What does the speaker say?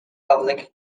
public